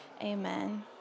Amen